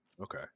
Okay